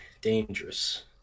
dangerous